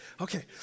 Okay